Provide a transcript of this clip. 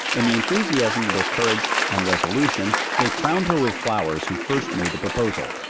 in the enthusiasm of their courage and resolution, they crowned her with flowers who first made the proposal.